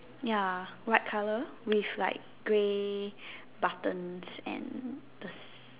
ya white colour with like grey buttons and this